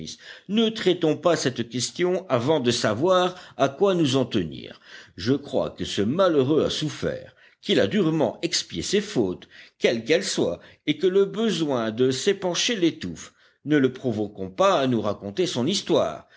ne traitons pas cette question avant de savoir à quoi nous en tenir je crois que ce malheureux a souffert qu'il a durement expié ses fautes quelles qu'elles soient et que le besoin de s'épancher l'étouffe ne le provoquons pas à nous raconter son histoire